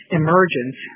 emergence